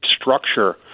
structure